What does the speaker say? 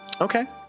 Okay